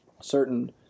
certain